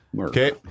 Okay